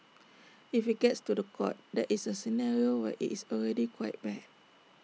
if IT gets to The Court that is A scenario where IT is already quite bad